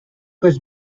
was